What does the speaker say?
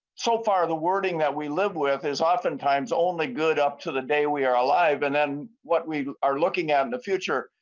so far the wording that we live with is oftentimes only good up to the day we are alive and then what we are looking at the future.